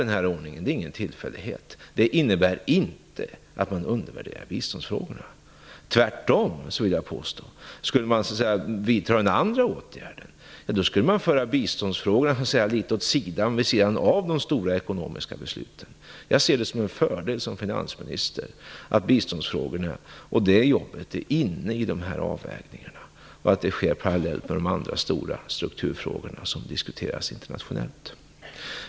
Det är alltså ingen tillfällighet att vi har den här ordningen. Den innebär inte att biståndsfrågorna undervärderas. Jag vill påstå att det är tvärtom. Om man så att säga skulle vidta den andra åtgärden skulle man föra biståndsfrågorna litet åt sidan. De skulle hamna vid sidan av de stora ekonomiska besluten. Som finansminister ser jag det som en fördel att biståndsfrågorna finns med i dessa avvägningar. De skall tas upp parallellt med andra stora strukturfrågor som diskuteras internationellt.